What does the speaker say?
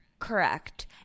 Correct